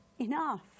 enough